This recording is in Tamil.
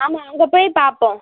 ஆமாம் அங்கே போய் பார்ப்போம்